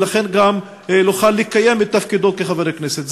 וכך גם יוכל לקיים את תפקידו כחבר הכנסת.